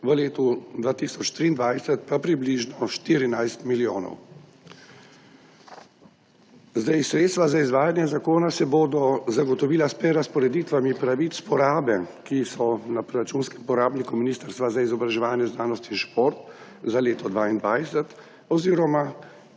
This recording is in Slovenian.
v letu 2023 pa približno 14 milijonov. Sredstva za izvajanje zakona se bodo zagotovila s prerazporeditvami pravic porabe, ki so na proračunskem porabniku Ministrstva za izobraževanje, znanost in šport za leto 2022 oziroma